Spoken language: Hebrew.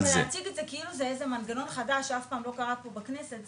ולהציג את זה כאילו זה איזו מנגנון חדש שאף פעם לא קרה פה בכנסת.